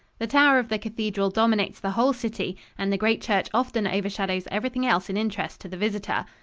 the tower of the cathedral dominates the whole city and the great church often overshadows everything else in interest to the visitor.